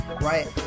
Right